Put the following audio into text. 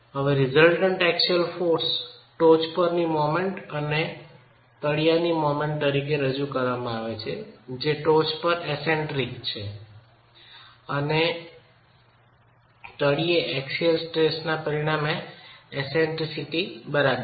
પરિણામી એક્સિયલ બળને ટોચ પરની મોમેન્ટ અને તળિયેની મોમેન્ટ તરીકે રજૂ કરવામાં આવે છે જે ટોચ પર એસેન્ડરીક છે અને તળિયે એક્સિયલ સ્ટ્રેસના પરિણામે એસેન્ડરીસિટી બરાબર છે